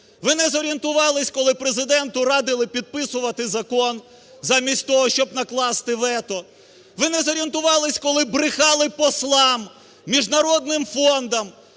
ви не зорієнтувались, коли Президенту радили підписувати закон, замість того, щоб накласти вето. Ви не зорієнтувались, коли брехали послам, міжнародним фондам,